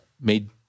made